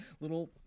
little